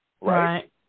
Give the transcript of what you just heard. right